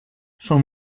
són